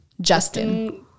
Justin